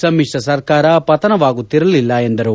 ಸಮಿಶ್ರ ಸರ್ಕಾರ ಪತನವಾಗುತ್ತಿರಲಿಲ್ಲ ಎಂದರು